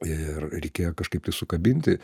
ir reikėjo kažkaip tai sukabinti